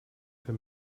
für